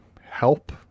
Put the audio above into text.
help